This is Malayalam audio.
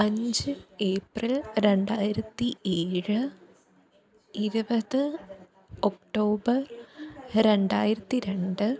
അഞ്ച് ഏപ്രിൽ രണ്ടായിരത്തി ഏഴ് ഇരുപത് ഒക്ടോബർ രണ്ടായിരത്തി രണ്ട്